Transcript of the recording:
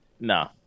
no